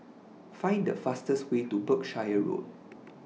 Find The fastest Way to Berkshire Road